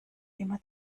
immer